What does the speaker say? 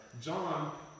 John